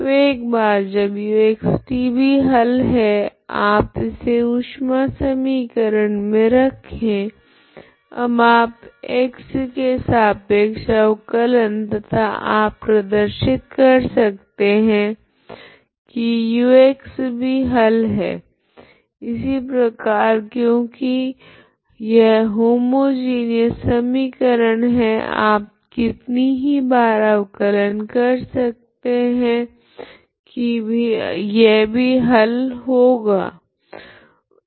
तो एक बार जब uxt भी हल है आप इसे ऊष्मा समीकरण मे रखे अब आप x के सापेक्ष अवकलन करे तथा आप प्रदर्शित कर सकते है की ux भी हल है इसी प्रकार क्योकि यह होमोजीनियस समीकरण है आप कितनी ही बार अवकलन कर सकते है की यह भी हल होगे